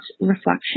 reflection